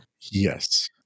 Yes